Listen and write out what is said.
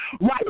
right